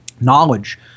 knowledge